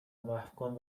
محوکن